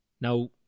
Now